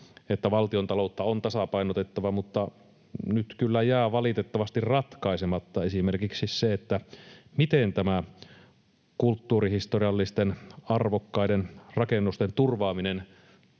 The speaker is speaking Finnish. että valtiontaloutta on tasapainotettava, mutta nyt kyllä jää valitettavasti ratkaisematta esimerkiksi se, miten tämä kulttuurihistoriallisesti arvokkaiden rakennusten turvaaminen